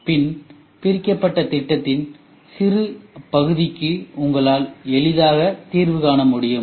பின் பிரிக்கப்பட்ட திட்டத்தின் சிறு பகுதிக்கு உங்களால் எளிதாக தீர்வு காண முடியும்